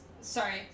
sorry